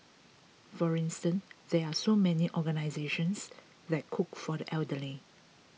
for instance there are so many organisations that cook for the elderly